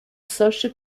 social